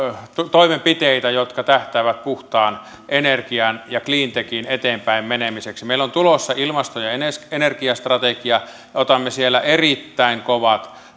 toimenpiteitä jotka tähtäävät puhtaan energian ja cleantechin eteenpäinmenemiseen meillä on tulossa ilmasto ja energiastrategia ja otamme siellä erittäin kovat